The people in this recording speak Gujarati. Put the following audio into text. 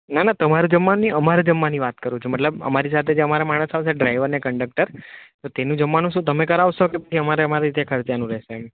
ના ના તમારે જમવાનું નહીં અમારે જમવાની વાત કરું છું મતલબ અમારી સાથે જે અમારા માણસ આવશે ડ્રાઈવર ને કંડકટર તો તેમનું જમવાનું શું તમે કરાવશો કે પછી અમારે અમારી રીતે ખર્ચાનું રહેશે